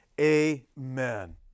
amen